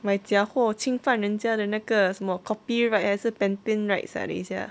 买假货侵犯人家的那个什么 copyright 还是 patent rights ah 等一下